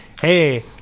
hey